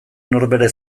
norbere